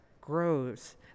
grows